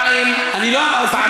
מה?